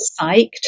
Psyched